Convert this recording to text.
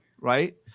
right